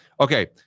Okay